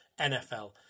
NFL